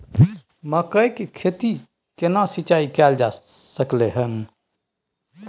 मकई की खेती में केना सिंचाई कैल जा सकलय हन?